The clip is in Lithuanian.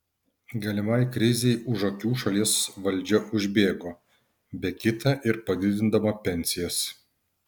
galimai krizei už akių šalies valdžia užbėgo be kita ir padidindama pensijas